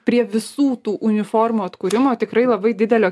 prie visų tų uniformų atkūrimo tikrai labai didelio